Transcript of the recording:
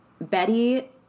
Betty